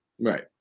Right